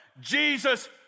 Jesus